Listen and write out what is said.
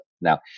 Now